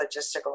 logistical